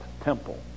Temple